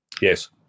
Yes